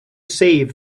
save